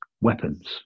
weapons